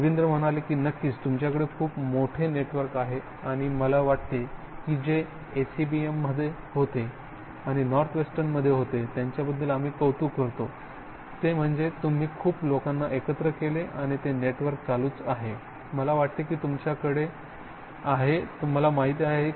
रवींद्र म्हणतात की नक्कीच तुमच्याकडे खूप मोठे नेटवर्क आहे आणि मला वाटते की जे ACBM मध्ये होते आणि नॉर्थवेस्टर्नमध्ये होते त्यांच्याबद्दल आम्ही कौतुक करतो ते म्हणजे तुम्ही खूप लोकांना एकत्र केले आणि ते नेटवर्क चालूच आहे मला वाटते की तुमच्याकडे आहे तुम्हाला माहिती आहे